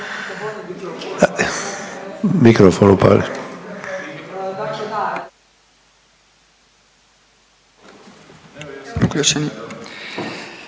Mikrofon upali.